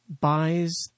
buys